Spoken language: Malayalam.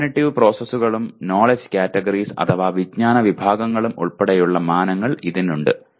കോഗ്നിറ്റീവ് പ്രോസസ്സുകളും നോലെഡ്ജ് കാറ്റഗറീസ് അഥവാ വിജ്ഞാന വിഭാഗങ്ങളും ഉൾപ്പെടെയുള്ള മാനങ്ങൾ ഇതിന് ഉണ്ട്